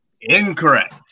Incorrect